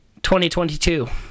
2022